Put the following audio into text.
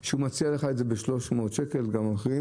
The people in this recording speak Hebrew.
על השירות של ביטוחים לתיקונים.